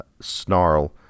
snarl